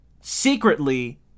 secretly